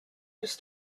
used